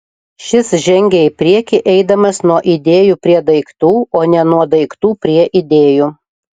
šis žengia į priekį eidamas nuo idėjų prie daiktų o ne nuo daiktų prie idėjų